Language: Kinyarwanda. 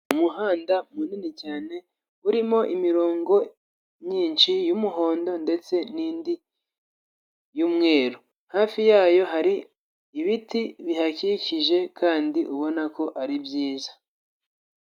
Umuhanda munini cyane urimo imirongo myinshi y'umuhondo ndetse n'indi y'umweru hafi yayo hari ibiti bihakikije kandi ubona ko ari byiza.